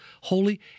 holy